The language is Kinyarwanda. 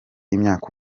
imyaka